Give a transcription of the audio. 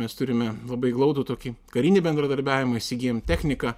mes turime labai glaudų tokį karinį bendradarbiavimą įsigijom techniką